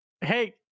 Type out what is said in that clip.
Hey